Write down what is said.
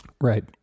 Right